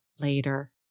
later